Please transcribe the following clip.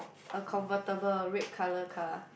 a convertible red colour car